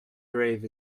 grave